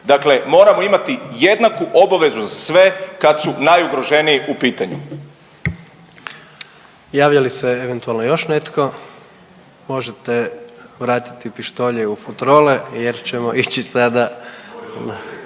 Dakle, moramo imati jednaku obavezu za sve kad su najugroženiji u pitanju. **Jandroković, Gordan (HDZ)** Javlja li se eventualno još netko? Možete vratiti pištolje u futrole jer ćemo ići sada,